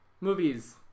movies